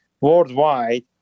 worldwide